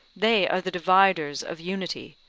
they are the dividers of unity,